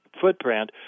footprint